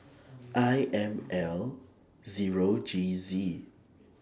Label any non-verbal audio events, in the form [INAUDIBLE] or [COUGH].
[NOISE] I M L Zero G Z